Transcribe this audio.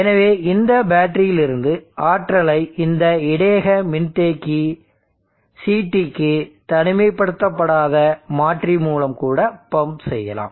எனவே இந்த பேட்டரியிலிருந்து ஆற்றலை இந்த இடையக மின்தேக்கி CTக்கு தனிமைப்படுத்தப்படாத மாற்றி மூலம் கூட பம்ப் செய்யலாம்